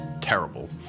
terrible